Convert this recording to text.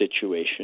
situation